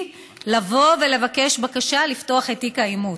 לבוא ולבקש בקשה לפתוח את תיק האימוץ.